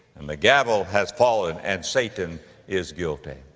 and the gavel has fallen and satan is guilty.